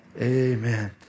amen